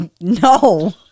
No